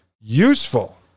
useful